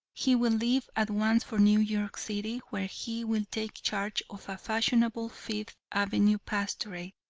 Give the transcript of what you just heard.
he will leave at once for new york city, where he will take charge of a fashionable fifth avenue pastorate.